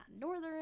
Northern